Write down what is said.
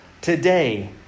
today